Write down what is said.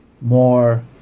more